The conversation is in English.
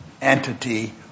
entity